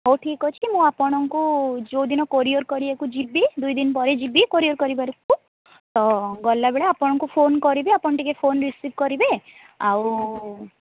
ହଉ ଠିକ୍ ଅଛି ମୁଁ ଆପଣଙ୍କୁ ଯେଉଁ ଦିନ କୋରିୟର୍ କରିବାକୁ ଯିବି ଦୁଇଦିନ ପରେ ଯିବି କୋରିୟର୍ କରିବା କୁ ତ ଗଲାବେଳେ ଆପଣଙ୍କୁ ଫୋନ୍ କରିବି ଆପଣ ଟିକେ ଫୋନ୍ ରିସିଭ୍ କରିବେ ଆଉ